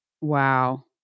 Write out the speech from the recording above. Wow